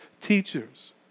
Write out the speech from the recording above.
teachers